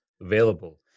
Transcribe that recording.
available